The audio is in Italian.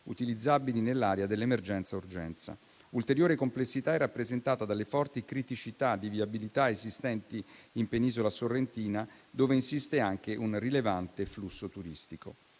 utilizzabili nell'area dell'emergenza urgenza. Ulteriore complessità è rappresentata dalle forti criticità di viabilità esistenti in penisola sorrentina, dove insiste anche un rilevante flusso turistico.